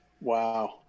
wow